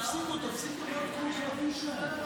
תפסיקו להיות כמו כלבים שלהם.